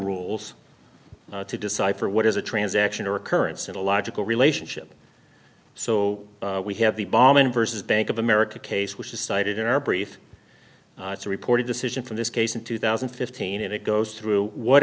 rules to decipher what is a transaction or occurrence in a logical relationship so we have the bomb in vs bank of america case which is cited in our brief to report a decision from this case in two thousand and fifteen and it goes through what